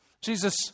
Jesus